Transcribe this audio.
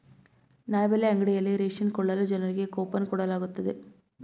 ನ್ಯಾಯಬೆಲೆ ಅಂಗಡಿಯಲ್ಲಿ ರೇಷನ್ ಕೊಳ್ಳಲು ಜನರಿಗೆ ಕೋಪನ್ ಕೊಡಲಾಗುತ್ತದೆ